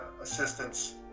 assistance